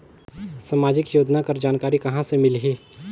समाजिक योजना कर जानकारी कहाँ से मिलही?